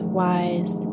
wise